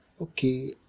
okay